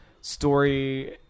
story